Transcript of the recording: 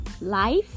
life